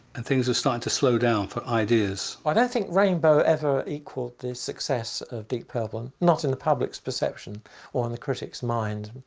and things were starting to slow down for ideas. i don't think rainbow ever equalled the success of deep purple, not in the public's perception or in the critics' minds,